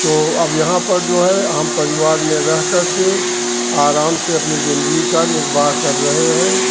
तो अब यहाँ पर जो है हम परिवार में रह करके आराम से अपनी जिन्दगी का निर्माण कर रहे हैं